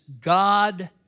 God